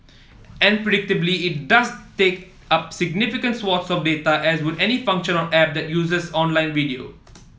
and predictably it does take up significant swathes of data as would any function app that uses online video